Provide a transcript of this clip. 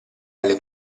alle